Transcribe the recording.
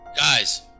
Guys